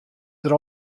der